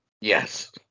Yes